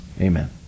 amen